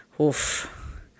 Oof